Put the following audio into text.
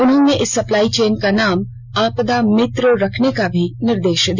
उन्होंने इस supply chain का नाम आपदा मित्र रखने का भी निर्देष दिया